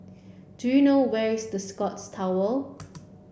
do you know where is The Scotts Tower